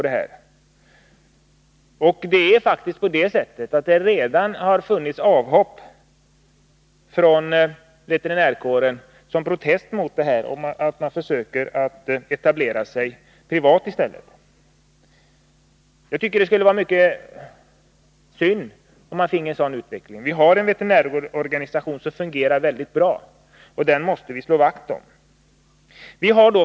Det har faktiskt redan förekommit avhopp från veterinärkåren som protest mot detta förslag, och man försöker etablera sig privat i stället. Jag tycker det skulle vara mycket synd om vi finge en sådan utveckling. Vi har en veterinärorganisation som fungerar mycket bra, och den måste vi slå vakt om.